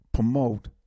Promote